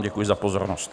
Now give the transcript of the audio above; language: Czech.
Děkuji vám za pozornost.